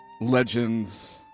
legends